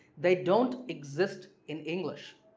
they don't exist in english